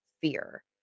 fear